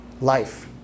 life